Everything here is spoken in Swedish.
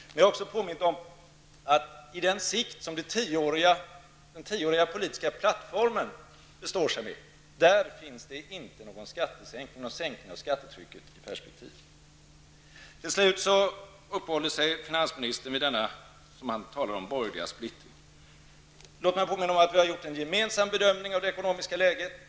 Men jag har också påmint om att det inom det tioåriga politiska perspektivet inte finns någon skattesänkning eller sänkning av skattetrycket i sikte. Till slut uppehöll finansministern sig vid den, som han kallar den, borgerliga splittringen. Låt mig då påminna om att vi har gjort en gemensam bedömning av det ekonomiska läget.